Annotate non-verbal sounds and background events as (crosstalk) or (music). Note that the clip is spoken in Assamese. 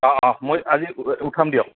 অঁ অঁ মই আজি (unintelligible) উঠাম দিয়ক